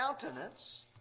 countenance